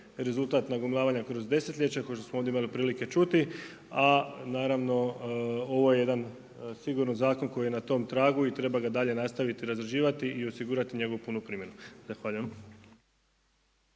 rezultat nagomilavanja kroz desetljeća kao što smo ovdje imali prilike čuti, a naravno ovo je jedan sigurno zakon koji je na tom tragu i treba ga dalje nastaviti razrađivati i osigurati njegovu punu primjenu. Zahvaljujem.